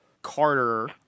Carter